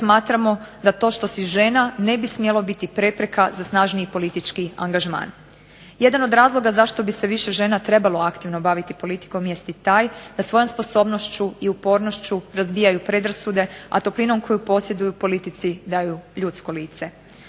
smatramo da to što si žena ne bi smjelo biti prepreka za snažniji politički angažman. Jedan od razloga zašto bi se više žena trebalo aktivno baviti politikom jest i taj da svojom sposobnošću i upornošću razbijaju predrasude, a toplinom koju posjeduju politici daju ljudsko lice.